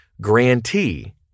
grantee